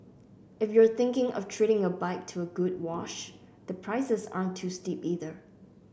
if you're thinking of treating your bike to a good wash the prices aren't too steep either